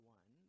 one